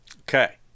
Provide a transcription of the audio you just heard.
Okay